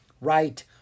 Right